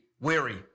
weary